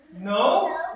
No